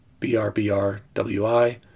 BRBR-WI